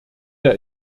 der